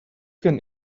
can